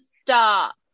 stop